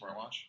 smartwatch